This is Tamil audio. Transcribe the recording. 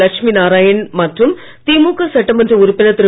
லட்சுமி நாராயணன் மற்றும் திமுக சட்டமன்ற உறுப்பினர் திரு